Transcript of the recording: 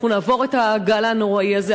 אנחנו נעבור את הגל הנוראי הזה,